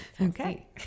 Okay